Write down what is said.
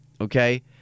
okay